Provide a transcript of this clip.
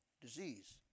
disease